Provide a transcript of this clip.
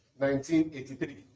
1983